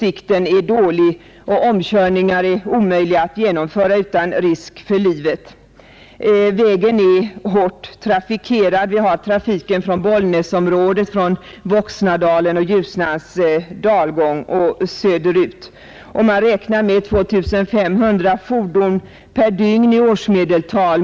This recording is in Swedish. Sikten är dålig och omkörningar omöjliga att genomföra utan risk för livet. Vägen är hårt trafikerad. Där går trafik från Bollnäsområdet, från Voxnadalen och Ljusnans dalgång söderut. Man räknar med 2 500 fordon per dygn i årsmedeltal.